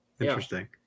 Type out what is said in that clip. Interesting